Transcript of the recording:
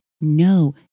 No